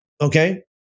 okay